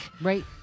right